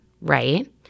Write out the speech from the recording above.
right